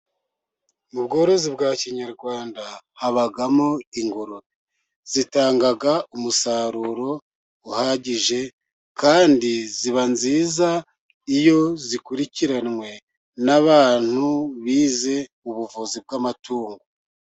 Mu bworozi bwa kinyarwanda habamo ingurube. Zitanga umusaruro uhagije, kandi ziba nziza, iyo zikurikiranwe n'abantu bize ubuvuzi bw'amatungo.